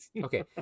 okay